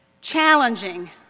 challenging